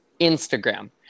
Instagram